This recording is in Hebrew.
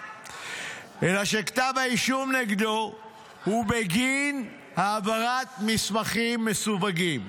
אלא שכתב האישום נגדו הוא בגין העברת מסמכים מסווגים.